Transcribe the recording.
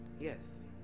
Yes